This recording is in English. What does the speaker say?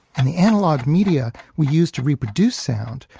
and the analog media we use to reproduce sound,